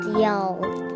yelled